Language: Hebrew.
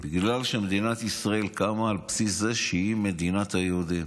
בגלל שמדינת ישראל קמה על בסיס זה שהיא מדינת היהודים.